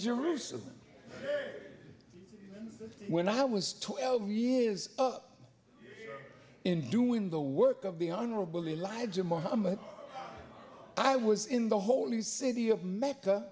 jerusalem when i was twelve years up in doing the work of the honorable elijah muhammad i was in the holy city of mecca